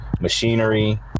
machinery